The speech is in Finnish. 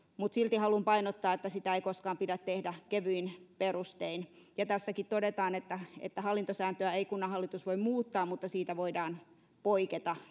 mutta silti haluan painottaa että sitä ei koskaan pidä tehdä kevyin perustein ja tässäkin todetaan että että hallintosääntöä ei kunnanhallitus voi muuttaa mutta siitä voidaan poiketa